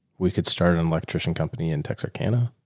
we could start an electrician company in texarkana.